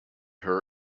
her